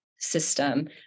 System